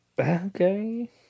Okay